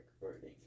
recording